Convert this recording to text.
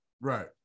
Right